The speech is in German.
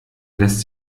lässt